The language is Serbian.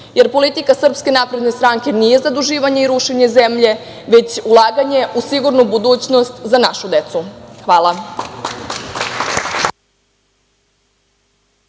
jer politika SNS nije zaduživanje i rušenje zemlje, već ulaganje u sigurnu budućnost za našu decu. Hvala